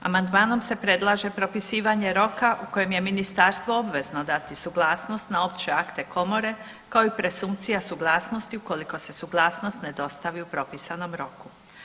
Amandmanom se predlaže propisivanje roka u kojem je ministarstvo obvezno dati suglasnost na opće akte komore kao i presumpcija suglasnosti ukoliko se suglasnost ne dostavi u propisanom roku.